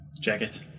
jacket